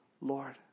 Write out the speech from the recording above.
Lord